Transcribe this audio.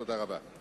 תודה רבה.